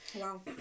wow